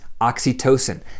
oxytocin